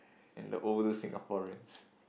and the older Singaporeans